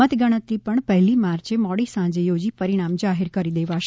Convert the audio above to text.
મત ગણતરી પણ પહેલી માર્ચે મોડી સાંજે યોજી પરિણામ જાહેર કરી દેવાશે